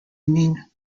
mean